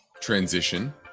transition